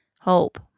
Hope